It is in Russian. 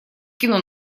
кино